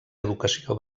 educació